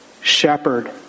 shepherd